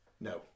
No